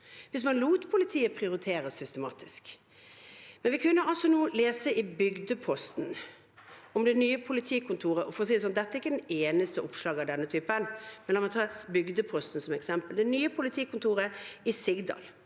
hvis man lot politiet prioritere systematisk. Men vi kunne nå lese i Bygdeposten om det nye politikontoret i Sigdal